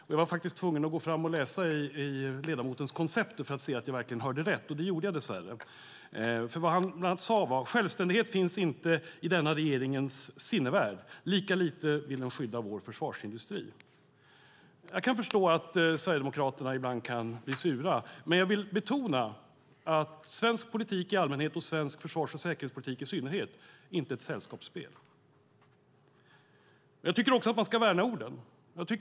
Jag var faktiskt tvungen att gå fram och läsa i den sverigedemokratiske ledamotens koncept för att se om jag hörde rätt, och det gjorde jag dess värre. Han sade bland annat: Självständighet finns inte i denna regerings sinnevärld. Lika lite vill de skydda vår försvarsindustri. Jag kan förstå att Sverigedemokraterna blir sura ibland, men jag vill betona att svensk politik i allmänhet och svensk försvars och säkerhetspolitik i synnerhet inte är ett sällskapsspel. Jag tycker också att man ska värna orden.